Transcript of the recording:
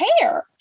care